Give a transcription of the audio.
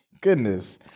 Goodness